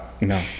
No